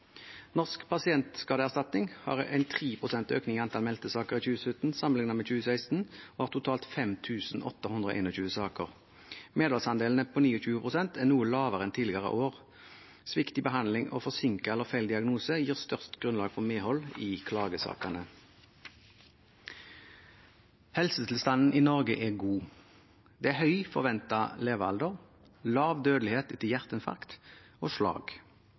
Norsk pasientskadeerstatning har 3 pst. økning i antall meldte saker i 2017 sammenlignet med 2016, og har totalt 5 821 saker. Medholdsandelen på 29 pst. er noe lavere enn tidligere år. Svikt i behandling og forsinket eller feil diagnose gir størst grunnlag for medhold i klagesakene. Helsetilstanden i Norge er god. Det er høy forventet levealder og lav dødelighet etter hjerteinfarkt og slag.